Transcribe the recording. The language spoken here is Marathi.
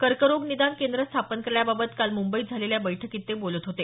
कर्करोग निदान केंद्र स्थापन करण्याबाबत काल मुंबईत झालेल्या बैठकीत ते बोलत होते